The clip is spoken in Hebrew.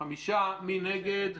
מי נגד?